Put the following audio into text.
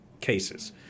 cases